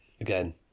again